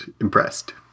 impressed